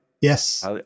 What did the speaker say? Yes